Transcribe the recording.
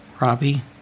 Robbie